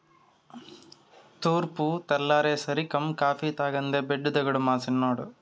తూర్పు తెల్లారేసరికం కాఫీ తాగందే బెడ్డు దిగడు మా సిన్నోడు